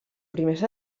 primers